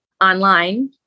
online